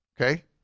Okay